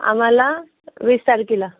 आम्हाला वीस तारखेला